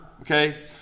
okay